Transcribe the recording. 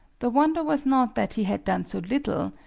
the wonder was not that he had done so little,